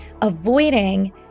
avoiding